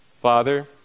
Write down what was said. Father